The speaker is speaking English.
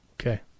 okay